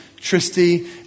Tristy